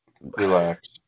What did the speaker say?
Relax